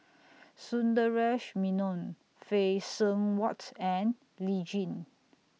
Sundaresh Menon Phay Seng Whatt and Lee Tjin